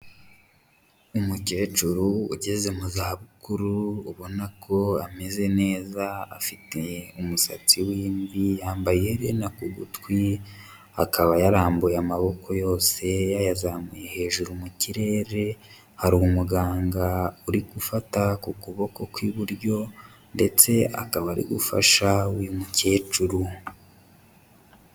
Umukecuru ugeze mu za bukuru ubona ko ameze neza afite umusatsi w'imvi yambaye iherena ku gutwi, akaba yarambuye amaboko yose yayazamuye hejuru mu kirere, hari umuganga uri gufata ku kuboko kw'iburyo ndetse akaba ari gufasha uyu mukecuru.